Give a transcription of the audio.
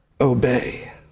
obey